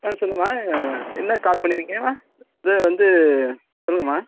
ஆ சொல்லுமா என்ன கால் பண்ணிருக்கீங்கமா இது வந்து சொல்லுங்கமா